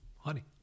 honey